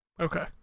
Okay